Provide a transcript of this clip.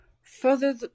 Further